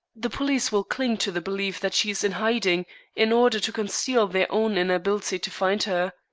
the police will cling to the belief that she is in hiding in order to conceal their own inability to find her.